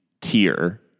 tier